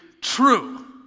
true